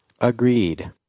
Agreed